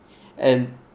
and